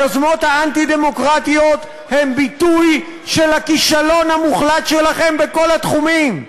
היוזמות האנטי-דמוקרטיות הן ביטוי של הכישלון המוחלט שלכם בכל התחומים.